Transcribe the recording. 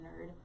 nerd